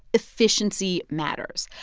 efficiency matters.